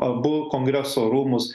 abu kongreso rūmus